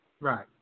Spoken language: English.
Right